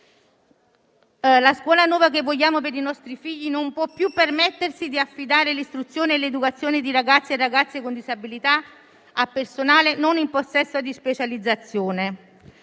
La scuola nuova che vogliamo per i nostri figli non può più permettersi di affidare l'istruzione e l'educazione di ragazzi e ragazze con disabilità a personale non in possesso di specializzazione.